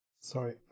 Sorry